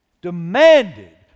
demanded